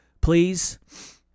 Please